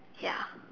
ya